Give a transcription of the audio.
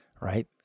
right